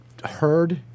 heard